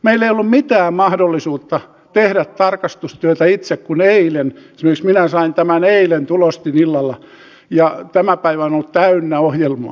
meillä ei ole ollut mitään mahdollisuutta tehdä tarkastustyötä itse kun esimerkiksi minä sain tämän eilen tulostin illalla ja tämä päivä on ollut täynnä ohjelmaa